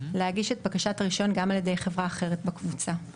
להגיש את בקשת הרישיון גם על ידי חברה אחרת בקבוצה.